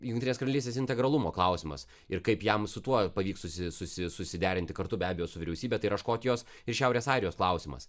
jungtinės karalystės integralumo klausimas ir kaip jam su tuo pavyks susi susi susiderinti kartu be abejo su vyriausybe tai yra škotijos ir šiaurės airijos klausimas